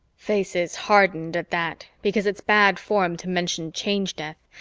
faces hardened at that, because it's bad form to mention change death,